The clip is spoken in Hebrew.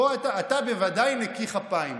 ודאי נקי כפיים.